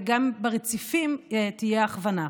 וגם ברציפים תהיה הכוונה.